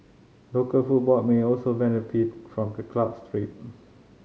local football may also benefit from the club's trip